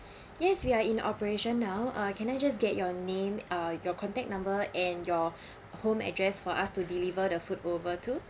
yes we are in operation now uh can I just get your name uh your contact number and your home address for us to deliver the food over to